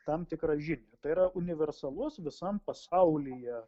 tam tikrą žinią tai yra universalus visam pasaulyje